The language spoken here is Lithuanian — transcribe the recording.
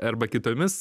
arba kitomis